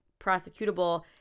prosecutable